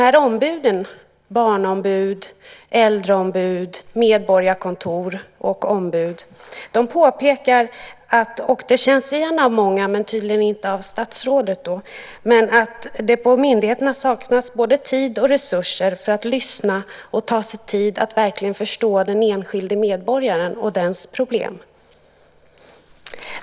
Dessa ombud - barnombud, äldreombud, medborgarkontor och andra ombud - påpekar något som känns igen av många men tydligen inte av statsrådet. Det saknas på myndigheterna både tid och resurser för att lyssna och ta sig tid att verkligen förstå den enskilde medborgaren och dess problem.